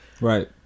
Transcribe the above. Right